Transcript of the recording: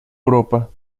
europa